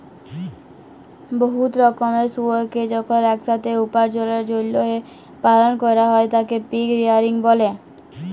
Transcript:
বহুত রকমের শুয়রকে যখল ইকসাথে উপার্জলের জ্যলহে পালল ক্যরা হ্যয় তাকে পিগ রেয়ারিং ব্যলে